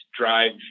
drive